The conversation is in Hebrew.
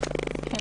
הכנסת.